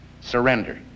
surrender